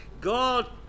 God